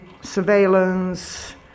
surveillance